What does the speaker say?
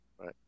Right